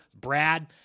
Brad